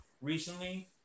recently